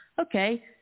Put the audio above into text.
Okay